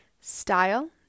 Style